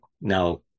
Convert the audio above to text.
Now